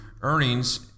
earnings